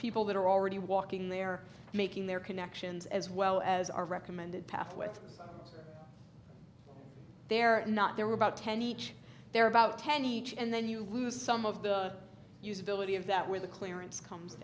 people that are already walking there making their connections as well as our recommended path with their not there were about ten each there are about ten each and then you lose some of the usability of that where the clearance comes